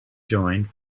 joined